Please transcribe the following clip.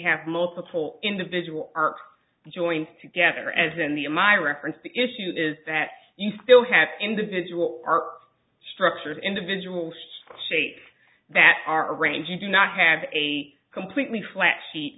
have multiple individual arcs joins together as in the in my reference the issue is that you still have individual structures individual shapes that are arranged you do not have a completely flat she